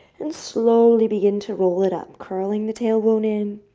and slowly begin to roll it up, curling the tailbone in,